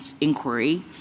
inquiry